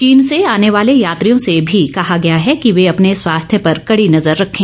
चीन से आने वाले यात्रियों से भी कहा गया है कि वे अपने स्वास्थ्य पर कड़ी नजर रखें